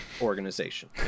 organization